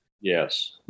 Yes